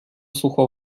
sucho